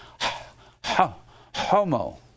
Homo